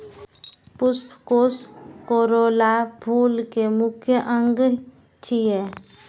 पुष्पकोष कोरोला फूल के मुख्य अंग छियै